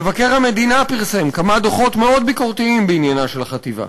מבקר המדינה פרסם כמה דוחות מאוד ביקורתיים בעניינה של החטיבה.